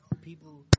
people